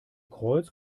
kreuz